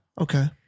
Okay